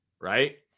right